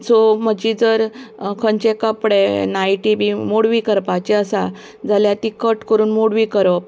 so म्हजी जर खंयचे कपडे नायटी बी मोडवी करपाची आसा जाल्यार ती कट करून मोडवी करप